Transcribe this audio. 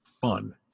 fun